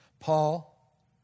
Paul